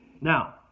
Now